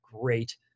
great